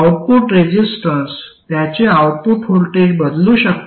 output resistance त्याचे output voltage बदलू शकतो